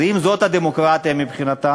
אז אם זאת הדמוקרטיה מבחינתם,